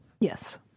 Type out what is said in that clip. Yes